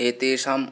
एतेषां